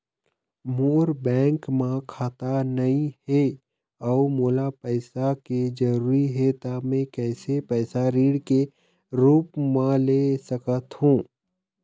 मोर bank म खाता नई हे अउ मोला पैसा के जरूरी हे त मे कैसे पैसा ऋण के रूप म ले सकत हो?